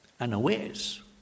unawares